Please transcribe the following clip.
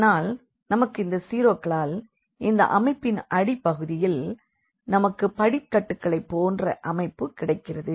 அதனால் நமக்கு இந்த 0க்களால் இந்த அமைப்பின் அடிப்பகுதியில் நமக்கு படிக்கட்டுகளைப் போன்ற அமைப்பு கிடைக்கிறது